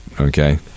Okay